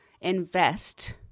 invest